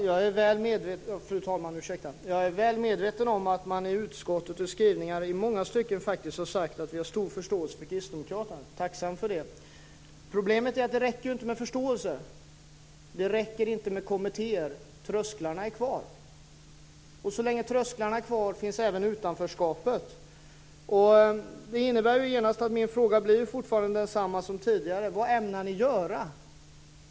Fru talman! Jag är väl medveten om att man i utskottet i skrivningar i många stycken har sagt att man har stor förståelse för kristdemokraterna. Jag är tacksam för det. Problemet är ju att det inte räcker med förståelse. Det räcker inte med kommittéer. Trösklarna är kvar. Och så länge trösklarna är kvar finns även utanförskapet. Det innebär genast att min fråga fortfarande blir densamma som tidigare: Vad ämnar ni göra?